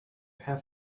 have